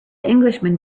englishman